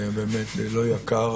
זה היה באמת לא יקר,